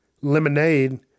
lemonade